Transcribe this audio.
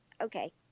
okay